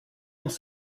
dans